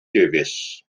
davies